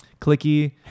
clicky